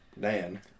Dan